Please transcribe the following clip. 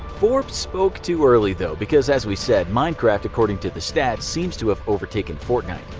forbes spoke too early, though, because as we said, minecraft according to the stats seems to have overtaken fortnite.